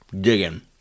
digging